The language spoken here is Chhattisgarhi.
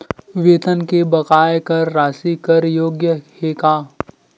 वेतन के बकाया कर राशि कर योग्य हे का?